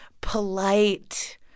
polite